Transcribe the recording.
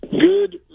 Good